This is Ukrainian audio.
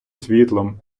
світлом